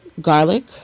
garlic